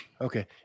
Okay